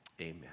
Amen